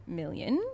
million